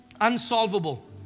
unsolvable